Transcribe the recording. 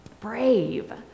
Brave